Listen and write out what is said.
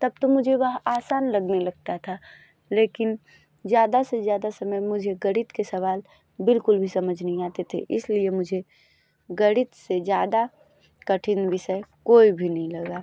तब तो मुझे वह आसान लगने लगता था लेकिन ज़्यादा से ज़्यादा समय मुझे गणित के सवाल बिल्कुल भी समझ नहीं आते थे इसलिए मुझे गणित से ज़्यादा कठिन विषय कोई भी नहीं लगा